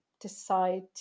decide